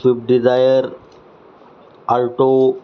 swift Dzire alto